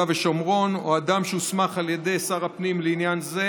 ושומרון או אדם שהוסמך על יד שר הפנים לעניין זה,